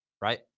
right